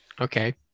okay